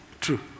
True